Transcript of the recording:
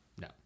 No